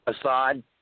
Assad